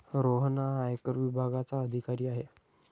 रोहन हा आयकर विभागाचा अधिकारी आहे